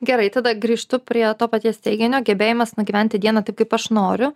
gerai tada grįžtu prie to paties teiginio gebėjimas nugyventi dieną taip kaip aš noriu